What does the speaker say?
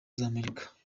z’amerika